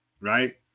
right